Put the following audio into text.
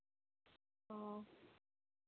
ᱚᱻ